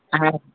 हा